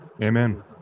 Amen